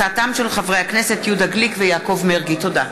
תודה.